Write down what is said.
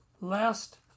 Last